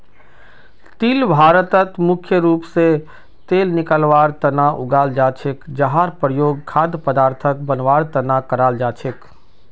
तिल भारतत मुख्य रूप स तेल निकलवार तना उगाल जा छेक जहार प्रयोग खाद्य पदार्थक बनवार तना कराल जा छेक